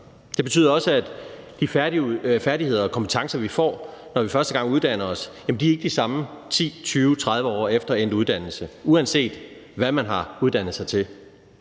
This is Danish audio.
Det betyder også, at de færdigheder og kompetencer, vi får, når vi første gang uddanner os, ikke er de samme 10, 20, 30 år efter endt uddannelse, uanset hvad man har uddannet sig til.